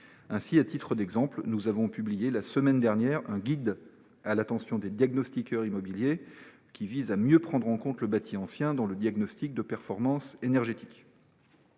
Ainsi, le Gouvernement a publié, la semaine dernière, un guide à l’attention des diagnostiqueurs immobiliers qui tend à mieux prendre en compte le bâti ancien dans le cadre du diagnostic de performance énergétique.